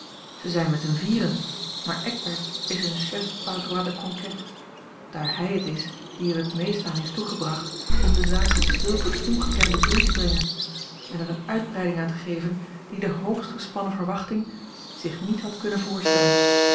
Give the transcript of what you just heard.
zij zijn met hun vieren maar eckbert is hun chef par droit de conquête daar hij het is die er het meest aan heeft toegebracht om de zaak tot zulk een ongekenden bloei te brengen en er eene uitbreiding aan te geven die de hoogst gespannen verwachting zich niet had kunnen voorstellen